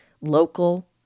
local